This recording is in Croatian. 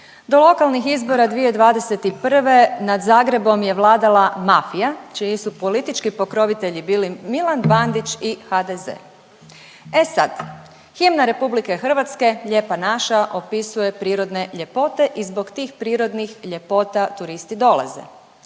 Do lokalnih izbora 2021. nad Zagrebom je vladala mafija čiji su politički pokrovitelji bili Milan Bandić i HDZ. E sad, himna RH „Lijepa naša“ opisuje prirodne ljepote i zbog tih prirodnih ljepota turisti dolaze,